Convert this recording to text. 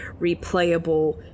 replayable